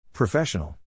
Professional